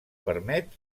permet